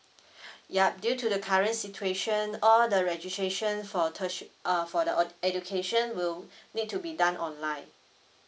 ya due to the current situation all the registration for tertia~ uh for the uh education will need to be done online